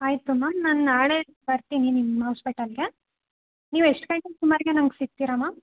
ಆಯಿತು ಮ್ಯಾಮ್ ನಾನು ನಾಳೆ ಬರ್ತೀನಿ ನಿಮ್ಮ ಹಾಸ್ಪೆಟಲಿಗೆ ನೀವು ಎಷ್ಟು ಗಂಟೆ ಸುಮಾರಿಗೆ ನಮ್ಗೆ ಸಿಗ್ತೀರಾ ಮ್ಯಾಮ್